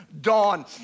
Dawn